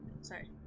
Sorry